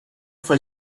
for